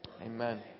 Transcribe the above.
Amen